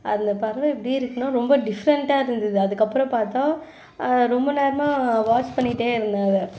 அந்தப் பறவை எப்படி இருக்குன்னால் ரொம்ப டிஃப்ரெண்டாக இருந்தது அதுக்கப்புறம் பார்த்தா அது ரொம்ப நேரமாக வாட்ச் பண்ணிகிட்டே இருந்தேன் அதை